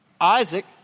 Isaac